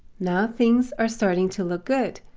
now things are starting to look good.